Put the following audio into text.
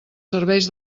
serveis